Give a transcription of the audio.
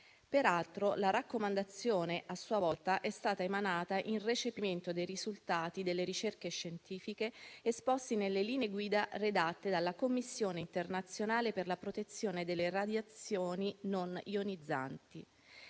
Peraltro, la raccomandazione a sua volta è stata emanata in recepimento dei risultati delle ricerche scientifiche esposti nelle linee guida redatte dalla Commissione internazionale per la protezione dalle radiazioni non ionizzanti